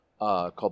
Called